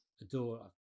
adore